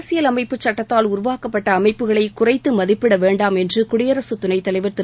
அரசியல் அமைப்புச்சட்டத்தால் உருவாக்கப்பட்ட அமைப்புகளை குறைத்து மதிப்பிட வேண்டாம் என்று குடியரசு துணைத்தலைவர் திரு